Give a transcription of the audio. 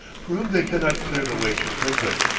for whom they cannot clear the way too quickly.